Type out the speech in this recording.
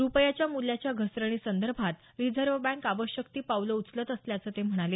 रुपयाच्या मूल्याच्या घसरणीसंदर्भात रिजव्ह बँक आवश्यक ती पावलं उचलत असल्याचं ते म्हणाले